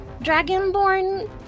dragonborn